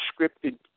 scripted